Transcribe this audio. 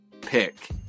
pick